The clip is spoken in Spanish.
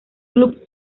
club